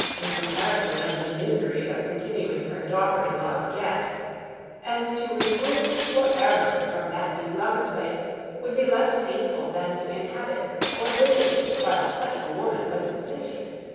in comparison of the misery of continuing her daughter-in-law's guest and to remove for ever from that beloved place would be less painful than to inhabit or visit it while such a woman was its mistress.